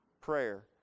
prayer